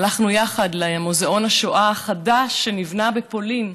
והלכנו יחד למוזיאון השואה החדש שנבנה בפולין,